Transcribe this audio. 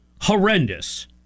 horrendous